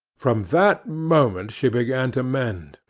from that moment she began to mend,